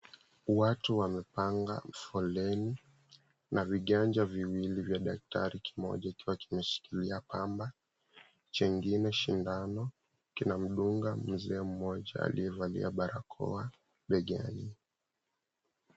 Watu wamepanga foleni, na viganja viwili vya daktari, kimoja kikiwa kimeshikilia pamba, chengine sindano. Kina mdunga mzee mmoja aliyevalia barakoa, begani.